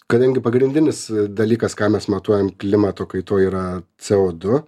kadangi pagrindinis dalykas ką mes matuojam klimato kaitoj yra co du